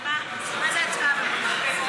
מה זה הצבעה במועד אחר?